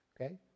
Okay